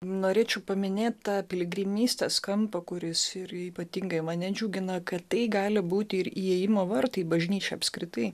norėčiau paminėt tą piligrimystės kampą kuris ir ypatingai mane džiugina kad tai gali būti ir įėjimo vartai į bažnyčią apskritai